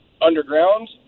underground